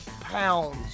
pounds